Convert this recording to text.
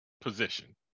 position